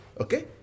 Okay